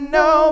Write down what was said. no